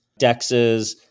DEXs